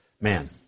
man